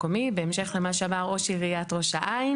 בהמשך למה שאמר ראש עיריית ראש העין,